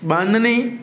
बांदनी